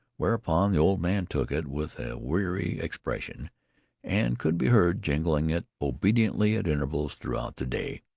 whereupon the old man took it with a weary expression and could be heard jingling it obediently at intervals throughout the day.